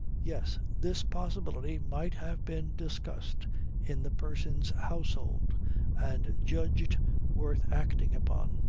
yes. this possibility might have been discussed in the person's household and judged worth acting upon.